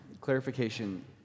clarification